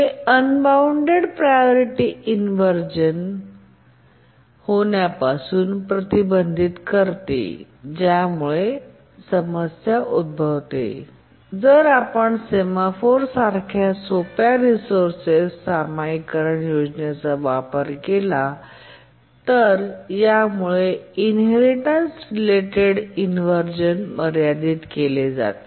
हे unbound priority inversion होण्यापासून प्रतिबंधित करते ज्यामुळे समस्या उद्भवते जर आपण सेमफोर सारख्या सोप्या रिसोर्स सामायिकरण योजनेचा वापर केला तर यामुळे इनहेरिटेन्स रिलेटेड इनव्हर्झन मर्यादित केले जाते